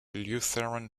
lutheran